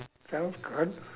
sounds good